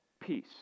Peace